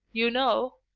you know!